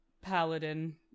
paladin